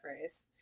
phrase